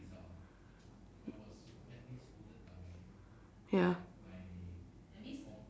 ya